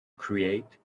create